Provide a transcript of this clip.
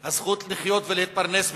הזכות לחיות ולהתפרנס בכבוד.